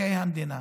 ממקרקעי המדינה".